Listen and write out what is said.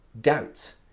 doubt